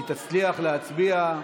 היא תצליח להצביע,